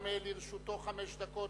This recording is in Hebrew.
גם לרשותו חמש דקות.